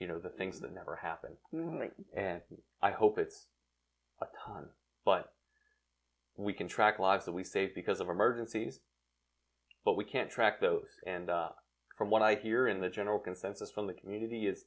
you know the things that never happened and i hope it but we can track lives that we saved because of emergency but we can't track those and from what i hear in the general consensus in the community is